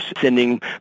sending